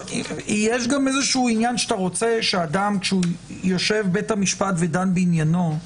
יש גם איזה עניין שאתה רוצה שאדם כשיושב בבית המשפט ודן בעניינו,